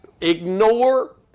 Ignore